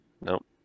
Nope